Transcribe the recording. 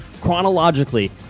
chronologically